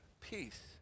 peace